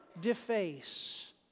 deface